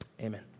Amen